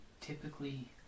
typically